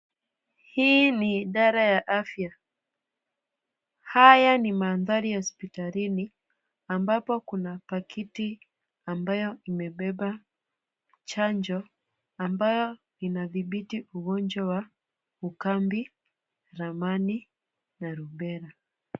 Hii ni idara ya afya. Haya ni mandhari ya hospitalini, ambapo kuna pakiti ambayo imebeba chanjo ambayo inadhibiti ugonjwa wa Ukambi, Ramani na Rubela.